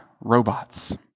robots